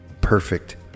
perfect